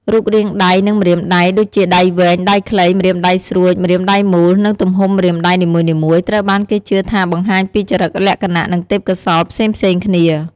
រូបរាងដៃ និងម្រាមដៃ ដូចជាដៃវែង ដៃខ្លី ម្រាមដៃស្រួច ម្រាមដៃមូល និងទំហំម្រាមដៃនីមួយៗ ត្រូវបានគេជឿថាបង្ហាញពីចរិតលក្ខណៈ និងទេពកោសល្យផ្សេងៗគ្នា។